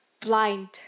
blind